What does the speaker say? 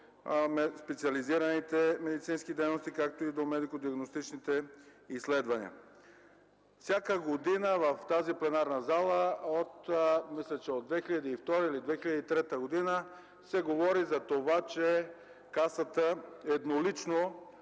неспециализираните медицински дейности, както и до медикодиагностичните изследвания. Всяка година в тази пленарна зала от 2002-2003 г. се говори за това, че Касата еднолично